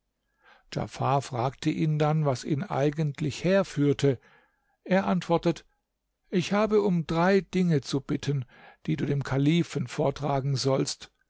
fragte ihn dann was ihn eigentlich herführte er antwortet ich habe um drei dinge zu bitten die du dem kalifen vortragen sollst